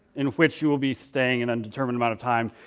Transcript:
in which you'll be staying an undetermined amount of time.